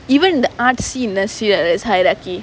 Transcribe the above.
even in the arts scene there's hierarchy